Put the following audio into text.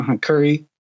Curry